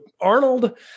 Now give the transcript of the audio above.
arnold